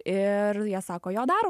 ir jie sako jo darom